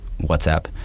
WhatsApp